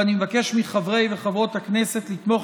ואני מבקש מחברי וחברות הכנסת לתמוך